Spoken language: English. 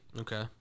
okay